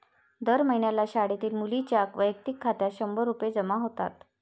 दर महिन्याला शाळेतील मुलींच्या वैयक्तिक खात्यात शंभर रुपये जमा होतात